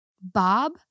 Bob